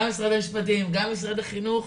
גם משרד המשפטים וגם משרד החינוך,